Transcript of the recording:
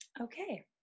Okay